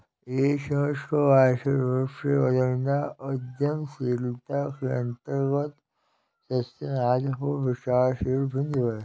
एक सोच को आर्थिक रूप में बदलना उद्यमशीलता के अंतर्गत सबसे महत्वपूर्ण विचारशील बिन्दु हैं